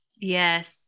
Yes